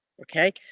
Okay